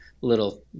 little